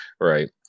Right